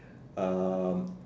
um